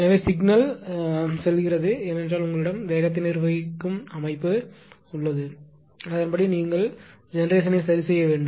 எனவே சிக்னல் யாக செல்லும் ஏனென்றால் உங்களிடம் வேகத்தை நிர்வகிக்கும் அமைப்பு யாக உள்ளது அதன்படி நீங்கள் ஜெனெரேஷனை செய்ய வேண்டும்